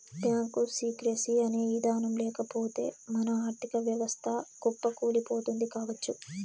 bank secrecy అనే ఇదానం లేకపోతె మన ఆర్ధిక వ్యవస్థ కుప్పకూలిపోతుంది కావచ్చు